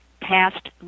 past